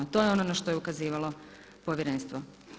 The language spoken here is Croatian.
To je ono na što je ukazivalo povjerenstvo.